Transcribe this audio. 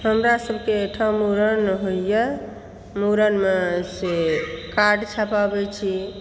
हमरा सबके ओहिठाम मुड़न होइया मुड़नमे से कार्ड छपाबै छी